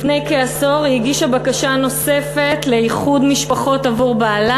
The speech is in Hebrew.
לפני כעשור היא הגישה בקשה נוספת לאיחוד משפחות עבור בעלה.